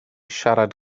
siarad